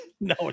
No